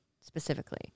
specifically